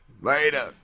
Later